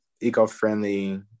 eco-friendly